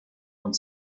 und